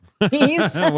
please